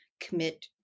commit